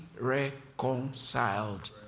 reconciled